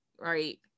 right